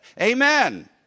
Amen